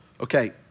Okay